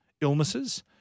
illnesses